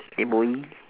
yeah boy